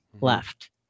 left